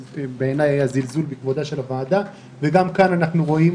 בעיניי היה זלזול בכבודה של הוועדה וגם כאן אנחנו רואים